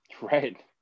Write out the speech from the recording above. right